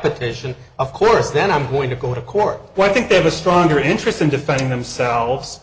petition of course then i'm going to go to court i think they have a stronger interest in defending themselves